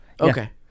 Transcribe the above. Okay